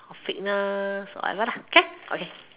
or fitness or whatever okay okay